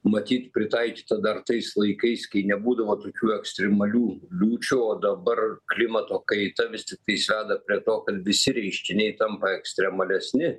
matyt pritaikyta dar tais laikais kai nebūdavo tokių ekstremalių liūčių o dabar klimato kaita vis tiktais veda prie to kad visi reiškiniai tampa ekstremalesni